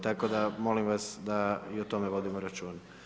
Tako da molim vas da i o tome vodimo računa.